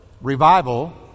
revival